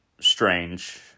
strange